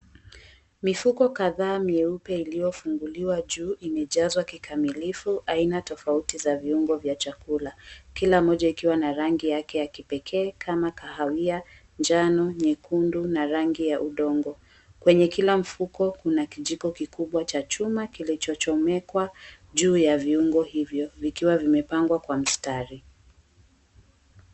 Mifuko kadhaa meupe iliyofunguliwa juu imejazwa kikamilifu aina tofauti za viungo vya chakula kila moja ikiwa na rangi yake ya kipekee kama kahawia ,njano, nyekundu na rangi ya udongo kwenye kila mifuko kuna kijiko kikubwa cha chuma kilichochomekwa juu ya viungo hivyo vikiwa vimepangwa kwa mstari.